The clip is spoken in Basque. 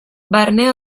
barne